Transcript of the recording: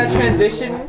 transition